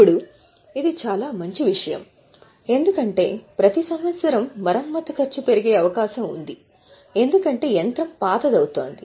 ఇప్పుడు ఇది చాలా మంచి విషయం ఎందుకంటే ప్రతి సంవత్సరం మరమ్మత్తు ఖర్చు పెరిగే అవకాశం ఉంది ఎందుకంటే యంత్రం పాతది అవుతోంది